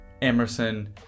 Emerson